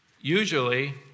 Usually